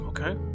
Okay